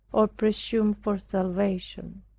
or presume for salvation.